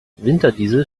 winterdiesel